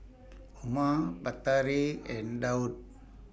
Umar Batari and Daud